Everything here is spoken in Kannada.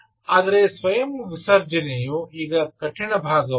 ಆದರೆ ಸ್ವಯಂ ವಿಸರ್ಜನೆಯು ಈಗ ಕಠಿಣ ಭಾಗವಾಗಿದೆ